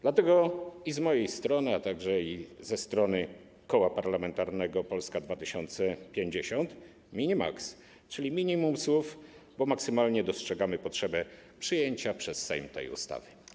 Dlatego z mojej strony, a także ze strony Koła Parlamentarnego Polska 2050, mini-maks, czyli minimum słów, bo maksymalnie dostrzegamy potrzebę przyjęcia przez Sejm tej ustawy.